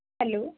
hello